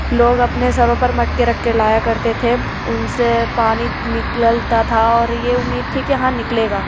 لوگ اپنے سروں پر مٹکے رکھ کے لایا کرتے تھے ان سے پانی نکلتا تھا اور یہ امید تھی کہ ہاں نکلے گا